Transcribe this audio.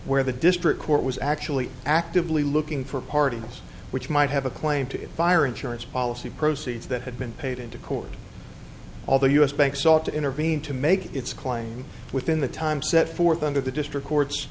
where the district court was actually actively looking for parties which might have a claim to fire insurance policy proceeds that had been paid into court although u s banks sought to intervene to make its claim within the time set forth under the district court